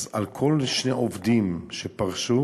אז על כל שני עובדים שפרשו